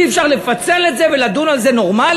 אי-אפשר לפצל את זה ולדון על זה באופן נורמלי?